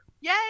Yay